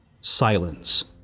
silence